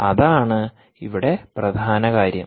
അതാണ് ഇവിടെ പ്രധാന കാര്യം